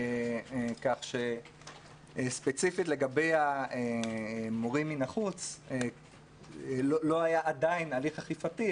כך שספציפית לגבי המורים מן החוץ לא היה עדיין הליך אכיפתי,